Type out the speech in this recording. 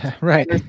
right